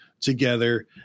together